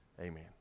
Amen